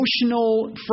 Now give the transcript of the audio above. emotional